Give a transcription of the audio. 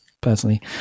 personally